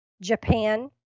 Japan